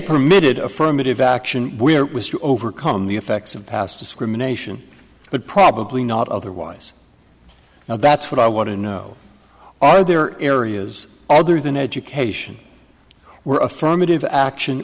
permitted affirmative action where it was to overcome the effects of past discrimination but probably not otherwise now that's what i want to know are there areas other than education were affirmative action